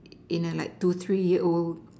in a like two three year old